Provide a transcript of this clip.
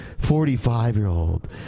Forty-five-year-old